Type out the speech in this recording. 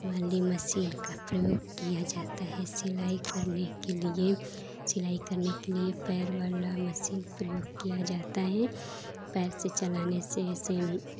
वाली मशीन का प्रयोग किया जाता है सिलाई करने के लिए सिलाई करने के लिए पैर वाला मशीन प्रयोग किया जाता है पैर से चलाने के मशीन